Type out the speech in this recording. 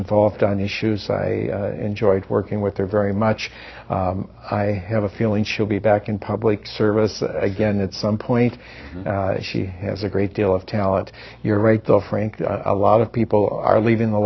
involved on issues i enjoy working with they're very much i have a feeling she'll be back in public service again it's some point she has a great deal of talent you're right so frank a lot of people are leaving the